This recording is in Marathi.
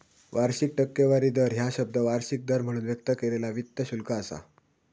वार्षिक टक्केवारी दर ह्या शब्द वार्षिक दर म्हणून व्यक्त केलेला वित्त शुल्क असा